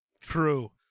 True